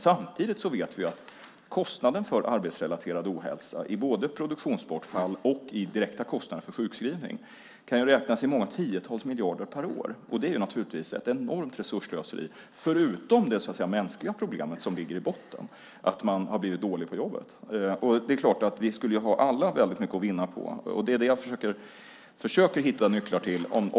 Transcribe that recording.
Samtidigt vet vi att kostnaden för arbetsrelaterad ohälsa i både produktionsbortfall och direkta kostnader för sjukskrivning kan räknas i många tiotals miljarder per år. Det är naturligtvis ett enormt resursslöseri, förutom det mänskliga problem som ligger i botten, att man har blivit dålig på jobbet. Där skulle vi alla ha väldigt mycket att vinna på, och det försöker jag hitta nycklar till.